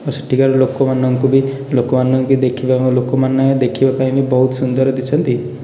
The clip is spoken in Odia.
ଓ ସେଠିକାର ଲୋକମାନଙ୍କୁ ବି ଲୋକମାନେ ଲୋକମାନେ ବି ଦେଖିବାକୁ ଲୋକମାନେ ଦେଖିବା ପାଇଁ ବି ବହୁତ ସୁନ୍ଦର ଦିଶନ୍ତି